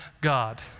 God